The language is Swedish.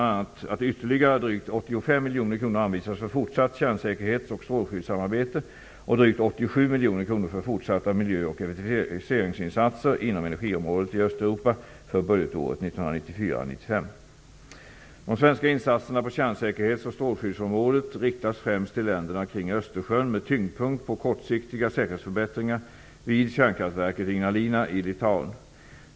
att ytterligare drygt 85 miljoner kronor anvisas för fortsatt kärnsäkerhets och strålskyddssamarbete och drygt 87 miljoner kronor för fortsatta miljöoch effektiviseringsinsatser inom energiområdet i De svenska insatserna på kärnsäkerhets och strålskyddsområdet riktas främst till länderna kring Östersjön med tyngdpunkt på kortsiktiga säkerhetsförbättringar vid kärnkraftverket Ignalina i Litauen.